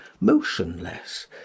motionless